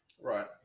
Right